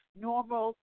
normal